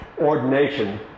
ordination